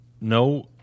No